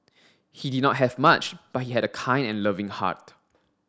he did not have much but he had a kind and loving heart